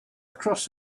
across